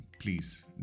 Please